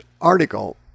article